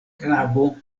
knabo